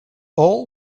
all